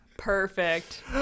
Perfect